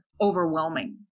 overwhelming